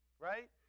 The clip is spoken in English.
right